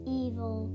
evil